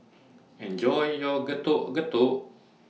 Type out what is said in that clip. Enjoy your Getuk Getuk